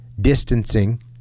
Distancing